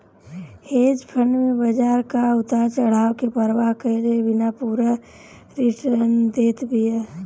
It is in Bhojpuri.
हेज फंड में बाजार कअ उतार चढ़ाव के परवाह कईले बिना पूरा रिटर्न देत बिया